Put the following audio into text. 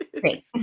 Great